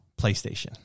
PlayStation